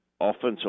offensive